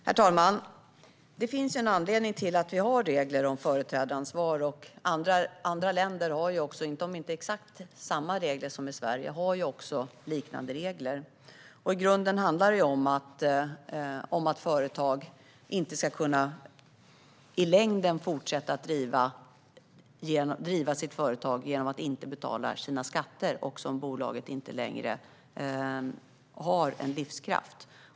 Herr talman! Det finns en anledning till att vi har regler om företrädaransvar. Andra länder har också liknande regler, även om man inte har exakt samma regler som Sverige. I grunden handlar det om att företagare i längden inte ska kunna driva företag genom att inte betala sina skatter. Detta gäller även om bolaget inte längre har någon livskraft.